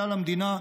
כלל המדינה.